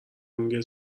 میگه